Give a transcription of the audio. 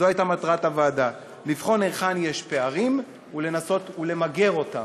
זו הייתה מטרת הוועדה: לבחון היכן יש פערים ולנסות ולמגר אותם.